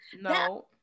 No